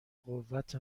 قوت